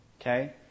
Okay